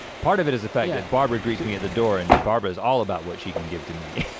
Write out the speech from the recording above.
part of it is the fact that yeah barbara greets me at the door, and barbara is all about what she can give to me.